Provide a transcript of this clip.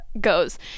goes